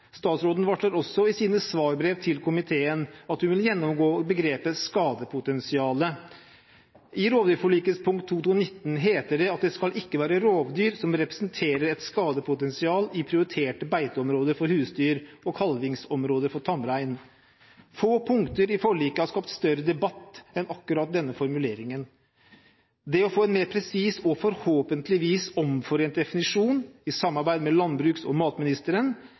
statsråden også i sine svarbrev til komiteen at hun vil gjennomgå begrepet «skadepotensial». I rovdyrforlikets punkt 2.2.19 heter det: «Det skal ikke være rovdyr som representerer et skadepotensial i prioriterte beiteområder for husdyr og kalvingsområdet for tamrein.» Få punkter i forliket har skapt større debatt enn akkurat denne formuleringen. Å få en mer presis og forhåpentligvis omforent definisjon i samarbeid med landbruks- og matministeren